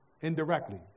Indirectly